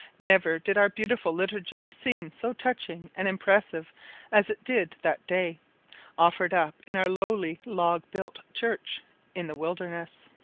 never did our beautiful liturgy seem so touching and impressive as it did that day offered up in our lowly log-built church in the wilderness.